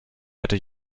hätte